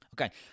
Okay